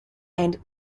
and